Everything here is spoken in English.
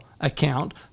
account